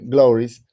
Glories